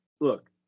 look